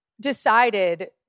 decided